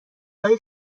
های